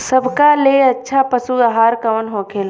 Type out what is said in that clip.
सबका ले अच्छा पशु आहार कवन होखेला?